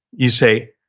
you say,